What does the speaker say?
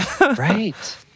Right